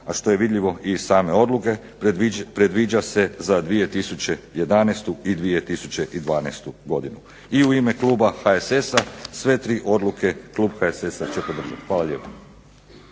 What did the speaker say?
a što je vidljivo i iz same odluke predviđa se za 2011. i 2012. godinu. I u ime kluba HSS-a sve tri odluke klub HSS-a će podržati. Hvala lijepo.